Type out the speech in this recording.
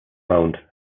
mound